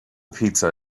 pizza